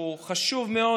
שהוא חשוב מאוד,